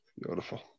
Beautiful